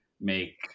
make